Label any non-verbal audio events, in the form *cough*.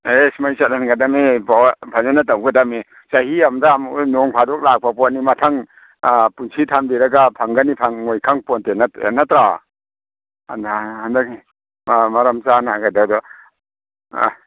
ꯑꯦꯁ ꯁꯨꯃꯥꯏꯅ ꯆꯠꯍꯟꯒꯗꯝꯅꯤ ꯐꯖꯅ ꯇꯧꯒꯗꯝꯅꯤ ꯆꯍꯤ ꯑꯝꯗ ꯑꯃꯨꯛ ꯅꯣꯡ ꯐꯥꯗꯣꯛ ꯂꯥꯛꯄ ꯄꯣꯠꯅꯤ ꯃꯊꯪ ꯑꯥ ꯄꯨꯟꯁꯤ ꯊꯥꯟꯕꯤꯔꯒ ꯐꯪꯒꯅꯤ ꯐꯪꯉꯣꯏ ꯈꯪꯄꯣꯟꯇꯦ ꯑꯦ ꯅꯠꯇ꯭ꯔꯣ ꯍꯟꯗꯛ ꯑꯥ ꯃꯔꯝ ꯆꯥꯅ *unintelligible* ꯑꯥ